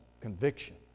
conviction